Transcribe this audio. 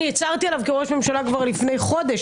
אני הצהרתי עליו כראש ממשלה כבר לפני חודש,